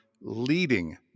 leading